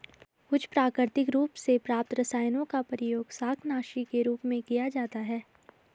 कुछ प्राकृतिक रूप से प्राप्त रसायनों का प्रयोग शाकनाशी के रूप में किया जाता है